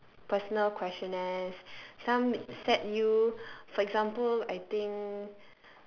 like personal questionnaires some set you for example I think